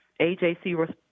AJC